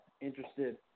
interested